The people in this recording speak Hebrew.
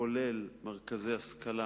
כולל מרכזי השכלה